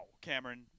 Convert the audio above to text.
Cameron